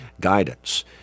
guidance